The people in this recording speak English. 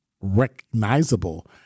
recognizable